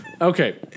Okay